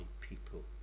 people